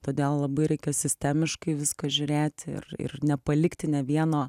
todėl labai reikia sistemiškai į viską žiūrėti ir ir nepalikti nė vieno